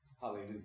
Hallelujah